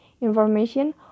information